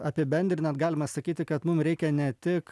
apibendrinant galima sakyti kad mum reikia ne tik